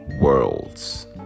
worlds